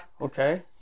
okay